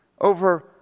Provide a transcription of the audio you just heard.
over